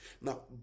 Now